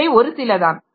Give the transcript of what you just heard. இவை ஒரு சில தான்